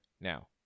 now